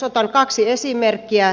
otan kaksi esimerkkiä